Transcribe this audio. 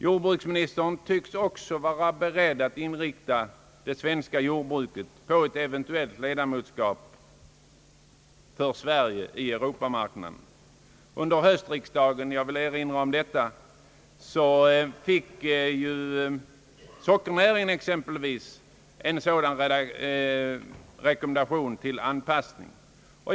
Jordbruksministern tycks också vara beredd att anpassa det svenska jordbruket till ett eventuellt svenskt medlemskap i EEC. Under höstriksdagen i fjol — jag vill erinra om det — fick exempelvis sockernäringen en sådan rekommendation till anpassning.